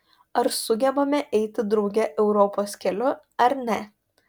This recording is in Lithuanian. ar sugebame eiti drauge europos keliu ar ne